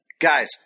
Guys